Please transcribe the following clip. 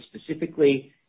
specifically